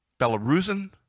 Belarusian